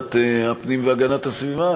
בוועדת הפנים והגנת הסביבה,